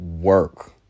work